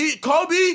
Kobe